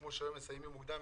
כמו שהיום מסיימים מוקדם,